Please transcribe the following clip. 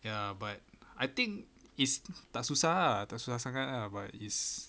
ya but I think is tak susah ah tak susah sangat lah but it's